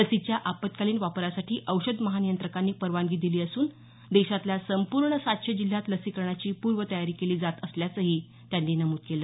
लसीच्या आपत्कालीन वापरासाठी औषध महानियंत्रकांनी परवानगी दिली असून देशातल्या संपूर्ण सातशे जिल्ह्यात लसीकरणाची पूर्वतयारी केली जात असल्याचंही त्यांनी नमूद केलं